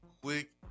quick